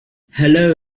hello